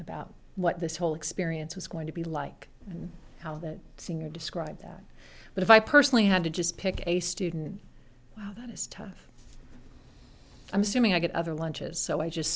about what this whole experience was going to be like and how the senior described that but if i personally had to just pick a student wow that is tough i'm assuming i get other lunches so i just